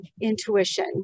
intuition